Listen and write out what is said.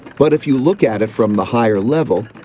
but if you look at it from the higher level,